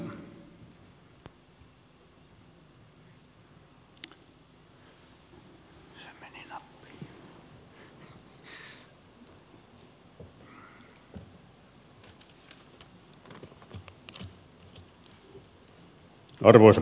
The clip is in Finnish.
arvoisa puhemies